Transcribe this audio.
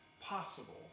possible